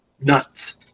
nuts